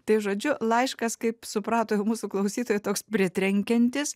tai žodžiu laiškas kaip suprato jau mūsų klausytojai toks pritrenkiantis